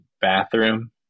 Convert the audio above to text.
bathroom